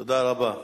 תודה רבה.